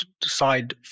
decide